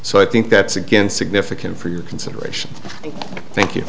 so i think that's again significant for your consideration and thank you